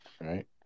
right